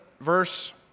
verse